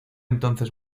entonces